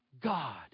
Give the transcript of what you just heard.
God